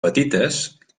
petites